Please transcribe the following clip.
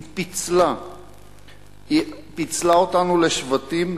היא פיצלה אותנו לשבטים,